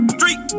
Street